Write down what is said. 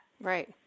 Right